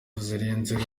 zirenzeho